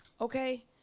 okay